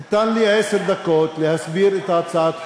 ניתנו לי עשר דקות להסביר את הצעת החוק.